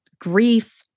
grief